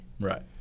right